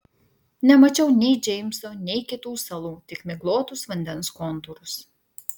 nemačiau nei džeimso nei kitų salų tik miglotus vandens kontūrus